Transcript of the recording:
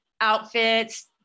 outfits